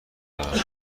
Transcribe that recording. دارم